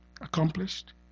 accomplished